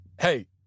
hey